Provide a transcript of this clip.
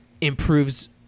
improves